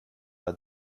der